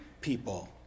people